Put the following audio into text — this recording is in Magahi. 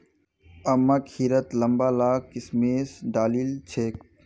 अम्मा खिरत लंबा ला किशमिश डालिल छेक